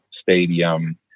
stadium